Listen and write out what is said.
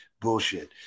bullshit